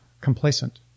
complacent